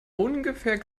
ungefähr